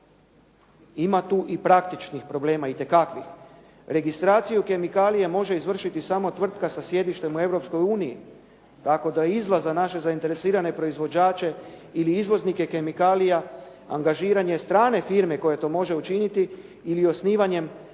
Ima tu i praktičnih problema itekakvih. Registraciju kemikalija može izvršiti samo tvrtka sa sjedištem u Europskoj uniji, tako da izlaz za naše zainteresirane proizvođače ili izvoznike kemikalija angažiranje strane firme koja to može učiniti ili osnivanjem